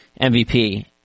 MVP